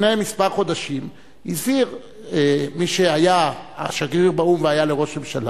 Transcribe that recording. לפני כמה חודשים הזהיר מי שהיה השגריר באו"ם והיה לראש הממשלה,